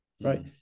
right